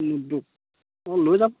লৈ যাম